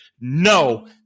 No